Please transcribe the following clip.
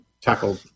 tackle